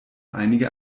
einige